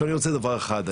עכשיו אני רוצה דבר אחד,